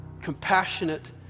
compassionate